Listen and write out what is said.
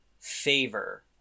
favor